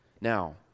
Now